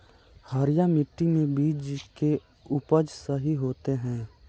हरिया मिट्टी में बीज के उपज सही होते है?